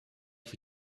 für